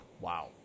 Wow